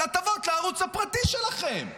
על הטבות לערוץ הפרטי שלכם.